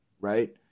right